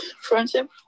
friendship